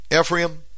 Ephraim